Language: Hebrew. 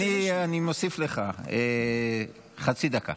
אני מוסיף לך חצי דקה.